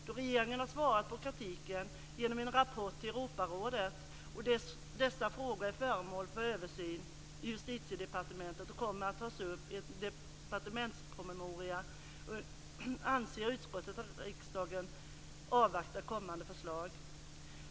Då regeringen har svarat på kritiken genom en rapport till Europarådet att dessa frågor är föremål för översyn i Justitiedepartementet och kommer att tas upp i en departementspromemoria anser utskottet att riksdagen skall avvakta kommande förslag.